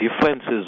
differences